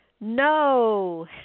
no